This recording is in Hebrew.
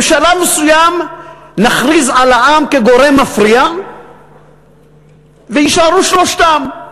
בשלב מסוים נכריז על העם כגורם מפריע ויישארו שלושתם.